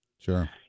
Sure